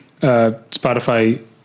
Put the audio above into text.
spotify